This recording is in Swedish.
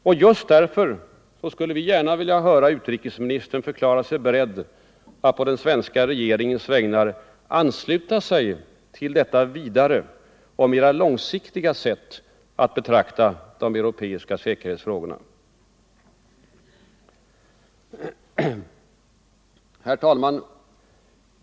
Och just därför skulle vi gärna vilja höra utrikesministern förklara sig beredd att på den svenska regeringens vägnar ansluta sig till detta vidare och mera långsiktiga sätt att betrakta de europeiska säkerhetsfrågorna. Herr talman!